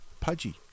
pudgy